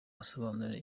asobanure